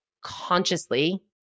consciously